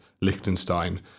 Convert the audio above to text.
Liechtenstein